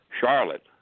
Charlotte